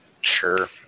Sure